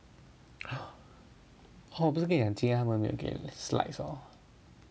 oh 没有给 slides hor